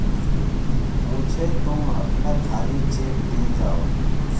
मुझे तुम अपना खाली चेक दे जाओ